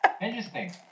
Interesting